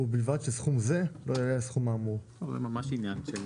זה ממש עניין של נוסח.